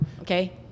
Okay